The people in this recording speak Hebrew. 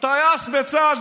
טייס בצה"ל,